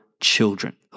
children